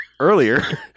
Earlier